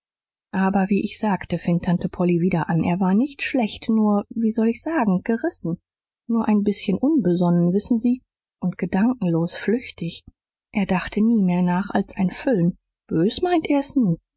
aber wie ich sagte fing tante polly wieder an er war nicht schlecht nur wie soll ich sagen gerissen nur ein bißchen unbesonnen wissen sie und gedankenlos flüchtig er dachte nie mehr nach als ein füllen bös meint er's nie